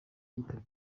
yitabye